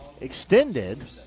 extended